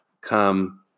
come